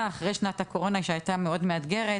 אחרי שנת הקורונה שהייתה מאוד מאתגרת